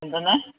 എന്തോന്നാ